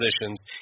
positions